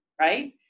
right